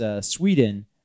Sweden